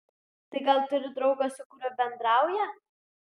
tai gal turi draugą su kuriuo bendrauja